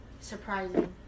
surprising